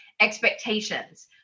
expectations